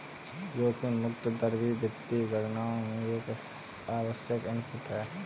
जोखिम मुक्त दर भी वित्तीय गणनाओं में एक आवश्यक इनपुट है